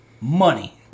Money